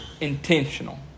intentional